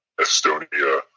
Estonia